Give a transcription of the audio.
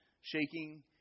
shaking